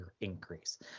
increase